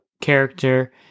character